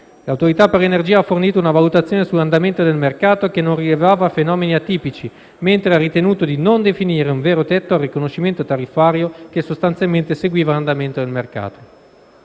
L'Autorità per l'energia ha fornito una valutazione sull'andamento del mercato che non rilevava fenomeni atipici, mentre ha ritenuto di non definire un vero tetto al riconoscimento tariffario, che sostanzialmente seguiva l'andamento del mercato.